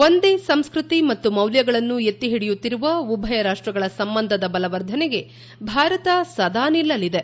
ಒಂದೇ ಸಂಸ್ಕೃತಿ ಮತ್ತು ಮೌಲ್ಯಗಳನ್ನು ಎತ್ತಿ ಹಿಡಿಯುತ್ತಿರುವ ಉಭಯ ರಾಷ್ವಗಳ ಸಂಬಂಧದ ಬಲವರ್ಧನೆಗೆ ಭಾರತ ಸದಾ ನಿಲ್ಲಲಿದೆ